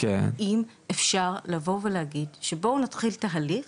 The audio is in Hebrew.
אם אפשר לבוא ולהגיד שבואו נתחיל תהליך